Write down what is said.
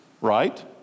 right